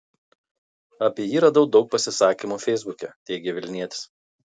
apie jį radau daug pasisakymų feisbuke teigė vilnietis